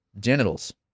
genitals